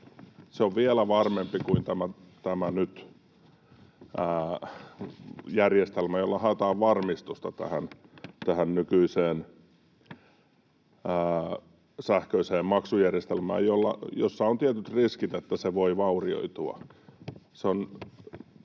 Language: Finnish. Se on vielä varmempaa kuin tämä järjestelmä, jolla haetaan varmistusta nykyiseen sähköiseen maksujärjestelmään, jossa on tietyt riskit, että se voi vaurioitua.